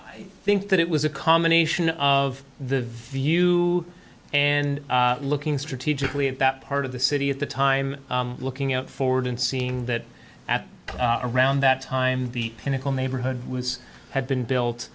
i think that it was a combination of the view and looking strategically at that part of the city at the time looking out for didn't seem that at around that time the pinnacle neighborhood was had been built